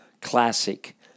classic